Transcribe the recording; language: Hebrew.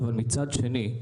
אבל מצב שני,